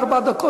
ארבע דקות,